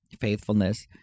faithfulness